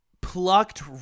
plucked